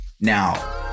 now